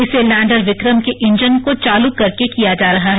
इसे लैंडर विक्रम के इंजन को चालू करके किया जा रहा है